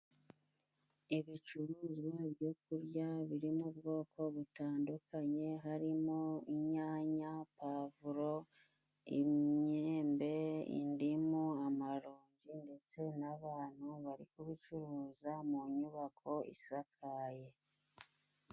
Ibicuruzwa byo kurya birimo ubwoko butandukanye, harimo inyanya, pavuro, imyembe, indimu, amaronji, ndetse n'abantu bari kubicuruza mu nyubako isakaye.